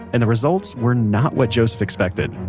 and the results were not what joseph expected